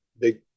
big